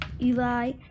Eli